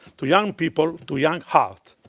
to young people, to young heart.